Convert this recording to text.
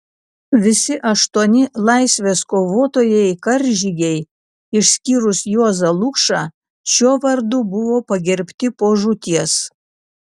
visi aštuoni laisvės kovotojai karžygiai išskyrus juozą lukšą šiuo vardu buvo pagerbti po žūties